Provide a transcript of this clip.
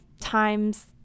times